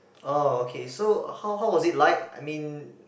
oh okay so how how was it like I mean